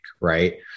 right